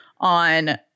on